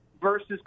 versus